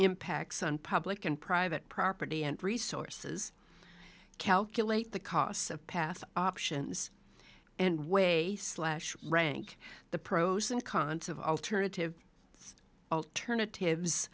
impacts on public and private property and resources calculate the costs of path options and weigh slash rank the pros and cons of alternative alternatives